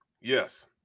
Yes